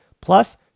Plus